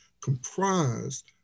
comprised